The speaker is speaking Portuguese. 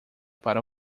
para